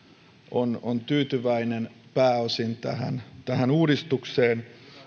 on on tyytyväinen pääosin tähän tähän uudistukseen